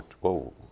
Whoa